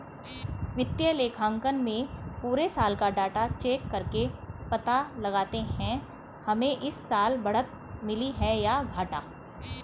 वित्तीय लेखांकन में पुरे साल का डाटा चेक करके पता लगाते है हमे इस साल बढ़त मिली है या घाटा